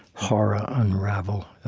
horror unravel.